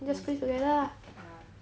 yeah